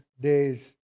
days